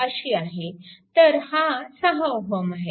तर हा 6Ω आहे